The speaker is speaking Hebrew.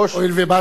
הואיל ובאתי,